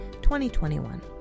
2021